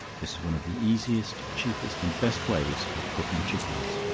this is one of the easiest, cheapest and best ways of cooking chickens.